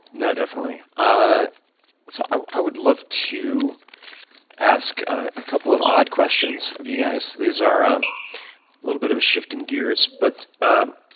no, definitely. i so i would love to ask a couple of odd questions of you guys. these are um a little bit of a shift in gears. but ah